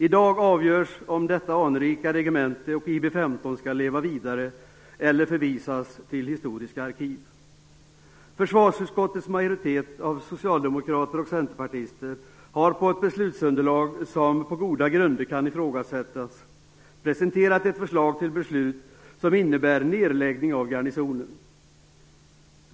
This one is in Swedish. I dag avgörs om detta anrika regemente och IB 15 skall leva vidare eller förvisas till historiska arkiv. Försvarsutskottets majoritet av socialdemokrater och centerpartister har på ett beslutsunderlag, som på goda grunder kan ifrågasättas, presenterat ett förslag till beslut som innebär nedläggning av garnisonen.